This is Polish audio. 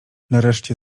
nareszcie